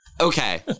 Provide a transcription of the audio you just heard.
Okay